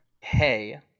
Hey